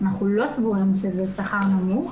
אנחנו לא סבורים שזה שכר נמוך.